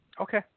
Okay